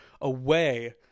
away